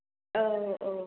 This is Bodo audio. औ औ